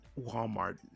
Walmart